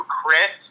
Chris